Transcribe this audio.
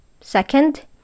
second